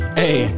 hey